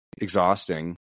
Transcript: exhausting